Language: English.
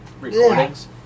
recordings